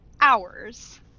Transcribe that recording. hours